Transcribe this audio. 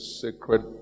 sacred